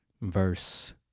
verse